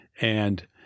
And-